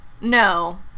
No